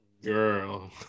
Girl